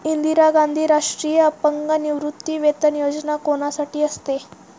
इंदिरा गांधी राष्ट्रीय अपंग निवृत्तीवेतन योजना कोणासाठी असते?